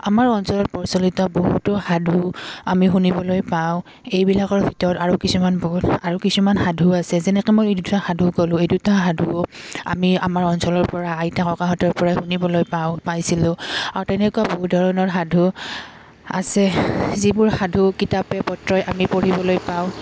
আমাৰ অঞ্চলত প্ৰচলিত বহুতো সাধু আমি শুনিবলৈ পাওঁ এইবিলাকৰ ভিতৰত আৰু কিছুমান বহুত আৰু কিছুমান সাধু আছে যেনেকৈ মই এই দুটা সাধু ক'লোঁ এই দুটা সাধু আমি আমাৰ অঞ্চলৰ পৰা আইতা ককাহঁতৰ পৰাই শুনিবলৈ পাওঁ পাইছিলোঁ আৰু তেনেকুৱা বহু ধৰণৰ সাধু আছে যিবোৰ সাধু কিতাপে পত্ৰই আমি পঢ়িবলৈ পাওঁ